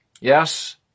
Yes